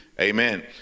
Amen